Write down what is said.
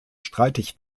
streitig